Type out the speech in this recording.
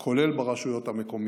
כולל ברשויות המקומיות.